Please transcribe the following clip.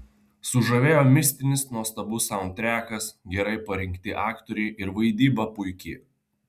sužavėjo mistinis nuostabus saundtrekas gerai parinkti aktoriai ir vaidyba puiki